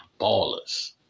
ballers